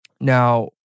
Now